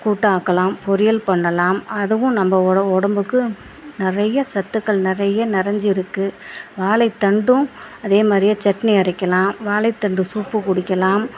கூட்டு ஆக்கலாம் பொரியல் பண்ணலாம் அதுவும் நம்ப உடம்புக்கு நிறையா சத்துக்கள் நிறையா நிரஞ்சி இருக்கு வாழை தண்டும் அதே மாதிரி சட்னி அரைக்கலாம் வாழை தண்டு சூப்பு குடிக்கலாம்